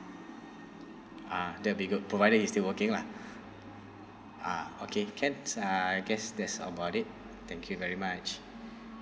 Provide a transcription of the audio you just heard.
ah that'll be good provided he's still working lah ah okay can uh I guess that's about it thank you very much